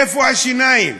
איפה השיניים?